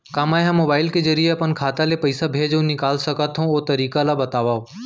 का मै ह मोबाइल के जरिए अपन खाता ले पइसा भेज अऊ निकाल सकथों, ओ तरीका ला बतावव?